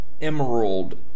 Emerald